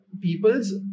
people's